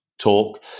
talk